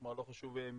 לא חשוב,